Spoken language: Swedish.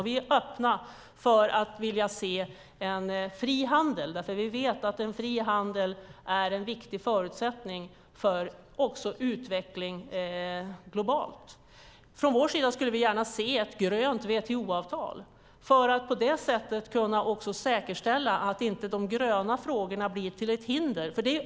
Vi vill se en fri handel. Vi vet att en fri handel är en viktig förutsättning för utveckling globalt. Vi skulle gärna se ett grönt WTO-avtal för att på det sättet kunna säkerställa att de gröna frågorna inte blir ett hinder.